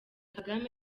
kagame